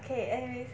okay anyways